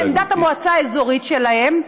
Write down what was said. לעמדת המועצה האזורית שלהם,